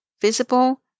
visible